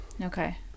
Okay